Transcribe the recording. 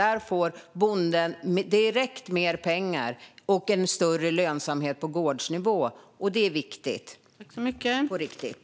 Då får bonden direkt mer pengar och en större lönsamhet på gårdsnivå, och det är viktigt på riktigt.